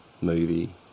movie